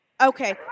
Okay